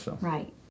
right